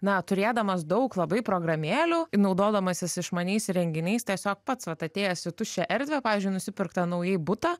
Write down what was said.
na turėdamas daug labai programėlių naudodamasis išmaniais įrenginiais tiesiog pats kad atėjęs į tuščią erdvę pavyzdžiui nusipirktą naujai butą